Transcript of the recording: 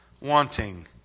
wanting